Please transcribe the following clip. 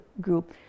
group